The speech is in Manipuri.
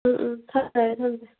ꯎꯝ ꯎꯝ ꯊꯝꯖꯔꯦ ꯊꯝꯖꯔꯦ